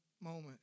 moment